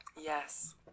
Yes